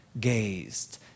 gazed